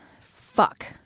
fuck